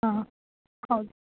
ಹಾಂ ಹೌದು